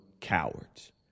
cowards